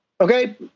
Okay